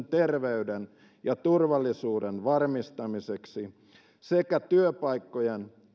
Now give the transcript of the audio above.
terveyden ja turvallisuuden varmistamiseksi sekä työpaikkojen